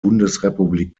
bundesrepublik